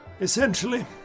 Essentially